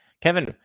Kevin